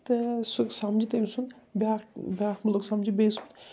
تہٕ سُہ سمجھِ تٔمۍ سُنٛد بیٛاکھ بیٛاکھ مُلک سمجھِ بیٚیہِ سُنٛد